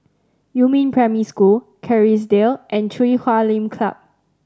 Yumin Primary School Kerrisdale and Chui Huay Lim Club